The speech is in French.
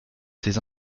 ses